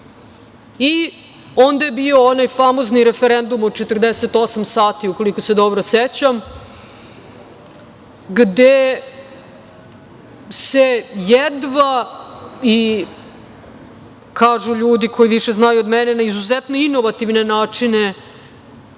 Onda je bio onaj famozni referendum od 48 sati, koliko se dobro sećam, gde se jedva, i kažu ljudi koji više znaju od mene, na izuzetno inovativne načine